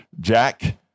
Jack